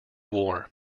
war